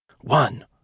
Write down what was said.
One